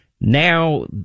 Now